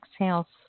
exhale